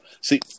See